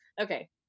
Okay